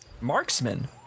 marksman